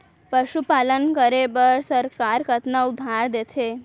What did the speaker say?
पशुपालन करे बर सरकार कतना उधार देथे?